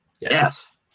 yes